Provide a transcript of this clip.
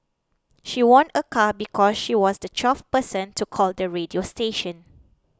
she won a car because she was the twelfth person to call the radio station